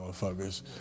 motherfuckers